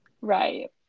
right